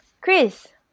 Chris